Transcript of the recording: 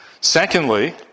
Secondly